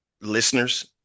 listeners